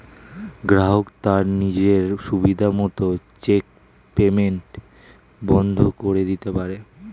গ্রাহক তার নিজের সুবিধা মত চেক পেইমেন্ট বন্ধ করে দিতে পারে